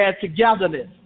togetherness